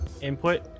input